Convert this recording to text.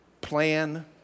plan